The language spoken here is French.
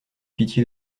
pitié